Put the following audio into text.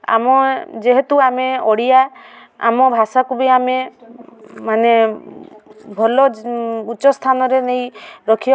ଆମ ଯେହେତୁ ଆମେ ଓଡ଼ିଆ ଆମ ଭାଷାକୁ ବି ଆମେ ମାନେ ଭଲ ଉଚ୍ଚ ସ୍ଥାନରେ ନେଇ ରଖିବା